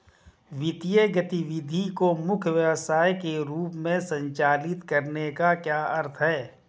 वित्तीय गतिविधि को मुख्य व्यवसाय के रूप में संचालित करने का क्या अर्थ है?